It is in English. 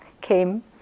came